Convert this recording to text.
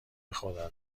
بخدا